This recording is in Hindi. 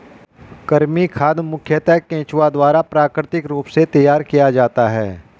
कृमि खाद मुखयतः केंचुआ द्वारा प्राकृतिक रूप से तैयार किया जाता है